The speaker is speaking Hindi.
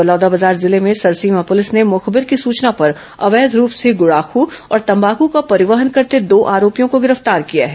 बलौदाबाजार जिले में सरसींवा पुलिस ने मुखबिर की सूचना पर अवैध रूप से गुड़ाखू और तम्बाकू का परिवहन करते दो आरोपियों को गिरफ्तार किया है